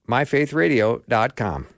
MyFaithRadio.com